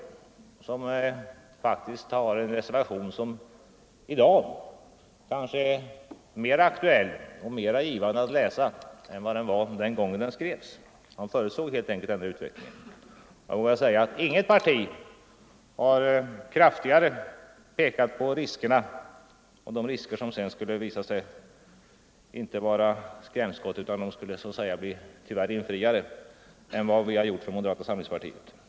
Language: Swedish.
Hans reservation är kanske i dag mer aktuell och mer givande att läsa än vad den var den gången den skrevs. Han förutsåg helt enkelt denna utveckling. Jag vågar säga att inget parti har kraftigare pekat på riskerna än moderata samlingspartiet. Det visade sig sedan att farhågorna inte var skrämskott utan att de tyvärr skulle bli besannade.